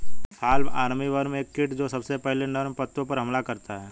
fall armyworm एक कीट जो सबसे पहले नर्म पत्तों पर हमला करता है